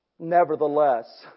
Nevertheless